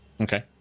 Okay